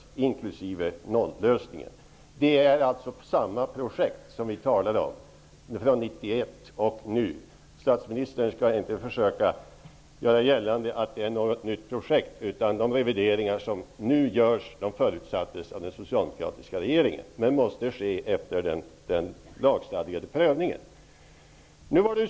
Det projekt vi talade om 1991 är alltså samma projekt som det vi talar om nu. Statsministern skall inte försöka göra gällande att det är något nytt projekt, utan de revideringar som nu görs förutsattes av den socialdemokratiska regeringen men måste ske efter den lagstadgade prövningen.